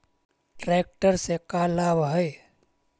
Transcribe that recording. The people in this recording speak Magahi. ट्रेक्टर से का लाभ है?